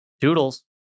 Toodles